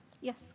Yes